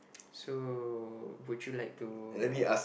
so would you like to